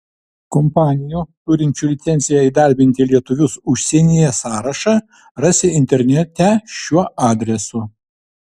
kompanijų turinčių licenciją įdarbinti lietuvius užsienyje sąrašą rasi internete šiuo adresu